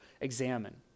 examine